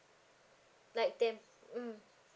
like the mm